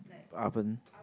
oven